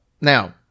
Now